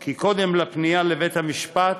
כי קודם לפנייה לבית-המשפט